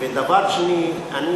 ודבר שני, אני